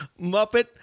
Muppet